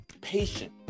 patient